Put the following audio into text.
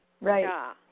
right